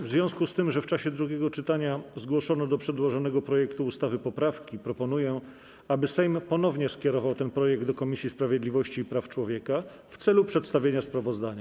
W związku z tym, że w czasie drugiego czytania zgłoszono do przedłożonego projektu ustawy poprawki, proponuję, aby Sejm ponownie skierował ten projekt do Komisji Sprawiedliwości i Praw Człowieka w celu przedstawienia sprawozdania.